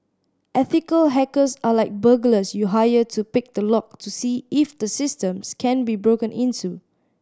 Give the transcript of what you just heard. ethical hackers are like burglars you hire to pick the lock to see if the systems can be broken into